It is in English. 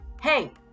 hey